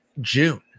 june